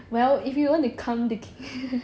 well if you want to calm the